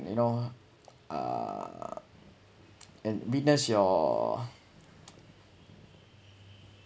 you know uh and witness your